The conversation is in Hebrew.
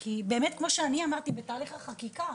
כי, באמת כמו שאני אמרתי בתהליך החקיקה.